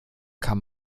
kann